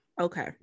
okay